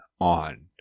on